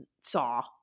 Saw